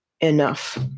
Enough